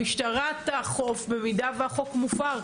המשטרה תאכוף במידה והחוק מופר,